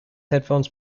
headphones